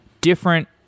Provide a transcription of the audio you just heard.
different